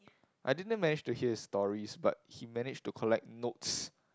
I didn't manage to hear his stories but he managed to collect notes